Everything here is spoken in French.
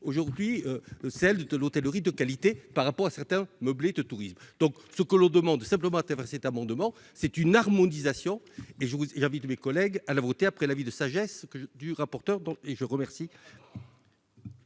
aujourd'hui celle de de l'hôtellerie de qualité par rapport à certains meublés de tourisme, donc ce que l'on demande simplement à travers cet amendement c'est une harmonisation et je vous invite mes collègues à la voter après l'avis de sagesse que du rapporteur dans et je remercie.